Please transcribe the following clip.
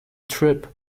trip